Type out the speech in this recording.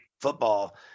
football